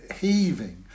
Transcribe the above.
heaving